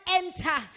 enter